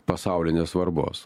pasaulinės svarbos